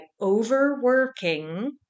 overworking